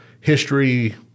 history-